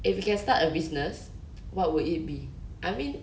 if you can start a business what would it be I mean